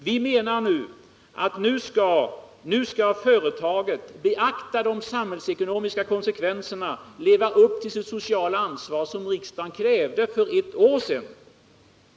Vi menar att nu skall företaget beakta de samhällsekonomiska konsekvenserna och leva upp till sitt sociala ansvar, som riksdagen skrev för ett år sedan.